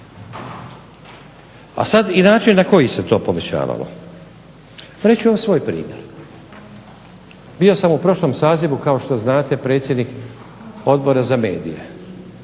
A sada način na koji se to povećavalo. Reći ću vam svoj primjer. Bio sam u prošlom sazivu kao što znate predsjednik Odbora za medije,